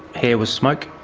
hair was smoke.